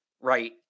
right